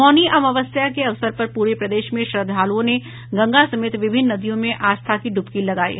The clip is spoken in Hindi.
मौनी अमावस्या के अवसर पर पूरे प्रदेश में श्रद्धालुओं ने गंगा समेत विभिन्न नदियों में आस्था की डुबकी लगायी